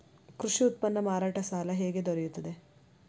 ಕೃಷಿ ಉತ್ಪನ್ನ ಮಾರಾಟ ಸಾಲ ಹೇಗೆ ದೊರೆಯುತ್ತದೆ?